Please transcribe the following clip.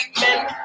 men